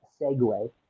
segue